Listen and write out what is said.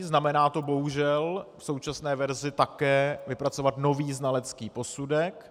Znamená to bohužel v současné verzi také vypracovat nový znalecký posudek.